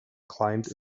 climbed